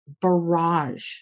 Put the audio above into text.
barrage